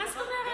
מה זאת אומרת?